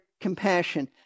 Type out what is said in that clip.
compassion